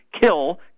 kill